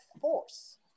force